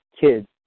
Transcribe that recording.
kids